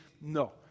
No